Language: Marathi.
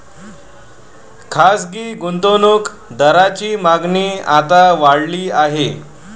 खासगी गुंतवणूक दारांची मागणी आता वाढली आहे